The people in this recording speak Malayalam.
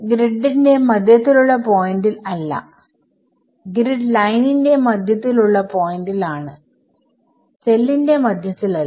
ഗ്രിഡ് ന്റെ മധ്യത്തിലുള്ള പോയിന്റിൽ അല്ല ഗ്രിഡ് ലൈനിന്റെ മധ്യത്തിൽ ഉള്ള പോയിന്റിൽ ആണ് സെല്ലിന്റെ മധ്യത്തിൽ അല്ല